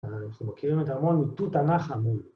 אנחנו מכירים את אמון מתות ענח אמון.